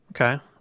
Okay